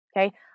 okay